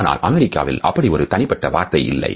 ஆனால் அமெரிக்காவில் அப்படி ஒரு தனிப்பட்ட வார்த்தை இல்லை